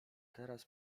teraz